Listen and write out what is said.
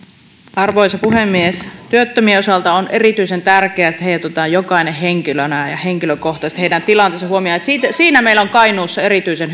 arvoisa puhemies työttömien osalta on erityisen tärkeää että heidät otetaan huomioon jokainen henkilönä ja ja heidän tilanteensa huomioidaan henkilökohtaisesti siitä meillä on kainuussa erityisen